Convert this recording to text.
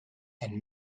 and